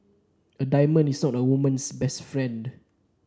a diamond is not a woman's best friend